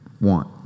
want